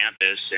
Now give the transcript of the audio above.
campus